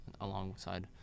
alongside